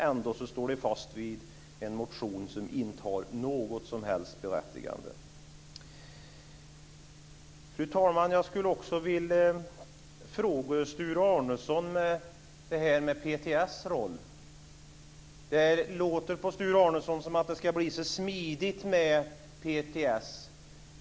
Ändå står de fast vid en motion som inte har något som helst berättigande. Fru talman! Jag skulle också vilja fråga Sture Arnesson om PTS roll. Det låter på Sture Arnesson som att det ska bli så smidigt med PTS.